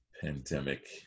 Pandemic